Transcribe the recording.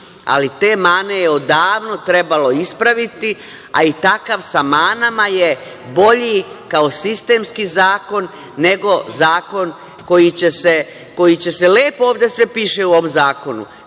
ali te mane je odavno trebalo ispraviti, a i takav sa manama je bolji kao sistemski zakon nego zakoni koji će se… Lepo sve piše u ovom zakonu.